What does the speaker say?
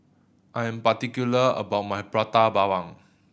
I am particular about my Prata Bawang